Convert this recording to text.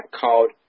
called